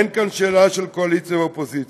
אין כאן שאלה של קואליציה ואופוזיציה.